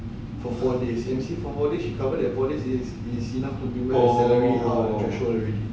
if M_C for four days she cover is enough to bring back out of threshold already so